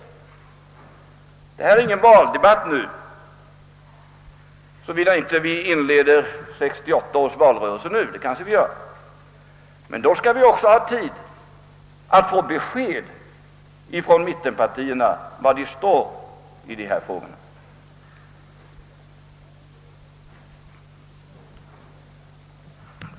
Detta är ju ingen valdebatt, såvida vi inte nu inleder 1968 års valrörelse, men då bör det också finnas tid att få besked ifrån mittenpartierna om var de står i dessa frågor.